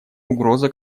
угроза